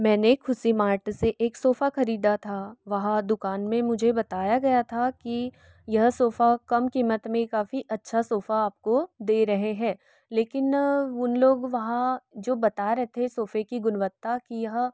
मैंने ख़ुशी मार्ट से एक सोफ़ा ख़रीदा था वहाँ दुकान में मुझे बताया गया था कि यह सोफ़ा कम कीमत में काफ़ी अच्छा सोफ़ा आपको दे रहें हैं लेकिन उन लोग वहाँ जो बता रहे थे सोफ़े की गुणवत्ता कि यह